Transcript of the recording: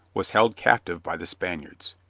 was held captive by the spaniards.